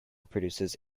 produces